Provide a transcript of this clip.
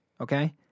okay